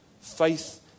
faith